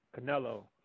Canelo